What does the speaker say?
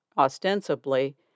ostensibly